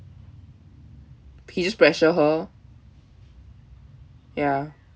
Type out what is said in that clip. he just pressure her ya